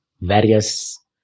various